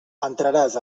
entraràs